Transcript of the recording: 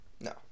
No